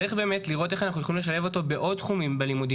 צריך לראות באמת איך אנחנו יכולים לשלב אותו בעוד תחומים בלימודים,